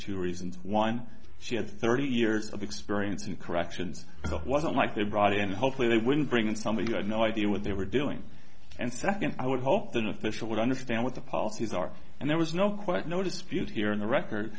two reasons one she had thirty years of experience in corrections so it wasn't like they brought in hopefully they wouldn't bring in somebody who had no idea what they were doing and second i would hope the official would understand what the policies are and there was no quite no dispute here in the record